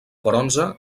bronze